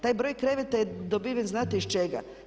Taj broj kreveta je dobiven znate iz čega?